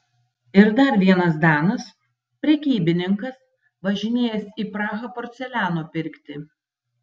ir dar vienas danas prekybininkas važinėjęs į prahą porceliano pirkti